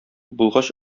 булгач